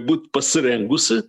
būti pasirengusi